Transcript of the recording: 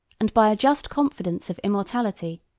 and by a just confidence of immortality,